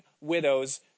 widows